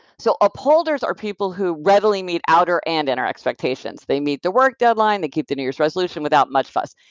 so upholders are people who readily meet outer and inner expectations. they meet the work deadline. they keep the new year's resolution without much fuss.